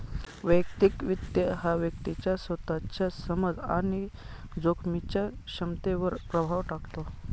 वैयक्तिक वित्त हा व्यक्तीच्या स्वतःच्या समज आणि जोखमीच्या क्षमतेवर प्रभाव टाकतो